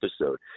episode